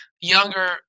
younger